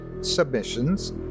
submissions